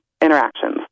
interactions